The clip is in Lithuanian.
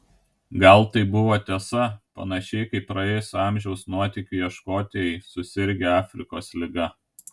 gal tai buvo tiesa panašiai kaip praėjusio amžiaus nuotykių ieškotojai susirgę afrikos liga